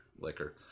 liquor